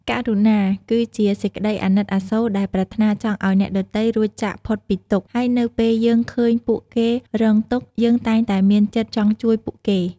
ករុណាគឺជាសេចក្តីអាណិតអាសូរដែលប្រាថ្នាចង់ឲ្យអ្នកដទៃរួចចាកផុតពីទុក្ខ ហើយនៅពេលយើងឃើញពួកគេរងទុក្ខ យើងតែងតែមានចិត្តចង់ជួយពួកគេ។